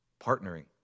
partnering